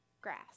grass